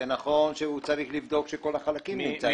נכון שהוא צריך לבדוק שכל החלקים נמצאים.